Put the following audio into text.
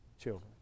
children